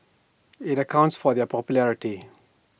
IT accounts for their popularity